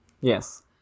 Yes